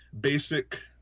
basic